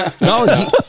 No